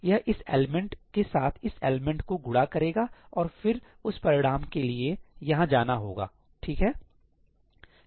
यह इस एलिमेंट के साथ इस एलिमेंट को गुणा करेगा और उस परिणाम के लिए यहाँ जाना होगा ठीक है